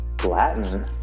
latin